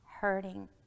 hurting